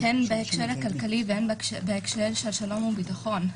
הן בהקשר הכלכלי והן בהקשר של שלום וביטחון.